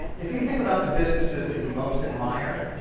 if you think about the businesses that you most admire,